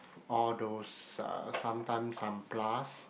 all those uh sometimes some plus